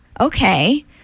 okay